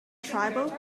tribal